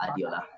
Adiola